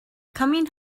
coming